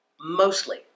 mostly